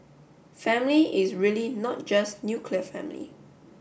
family is really not just nuclear family